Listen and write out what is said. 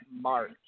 March